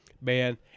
Man